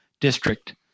District